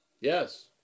Yes